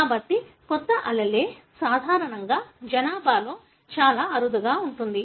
కాబట్టి కొత్త allele సాధారణంగా జనాభాలో చాలా అరుదుగా ఉంటుంది